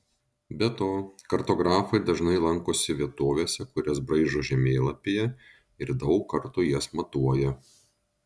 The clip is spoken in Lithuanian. be to kartografai dažnai lankosi vietovėse kurias braižo žemėlapyje ir daug kartų jas matuoja